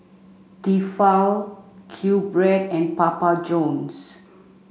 Tefal Q Bread and Papa Johns